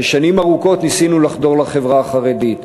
ששנים ארוכות ניסינו לחדור לחברה החרדית,